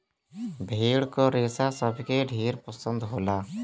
भेड़ क रेसा सबके ढेर पसंद हौ